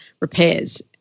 repairs